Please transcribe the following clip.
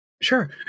Sure